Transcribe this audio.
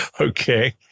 Okay